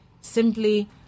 simply